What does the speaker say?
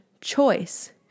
choice